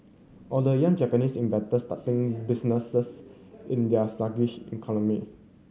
or the young Japanese inventors starting businesses in their sluggish economy